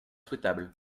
souhaitable